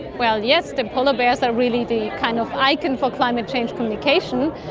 well yes, the polar bears are really the kind of icon for climate change communication.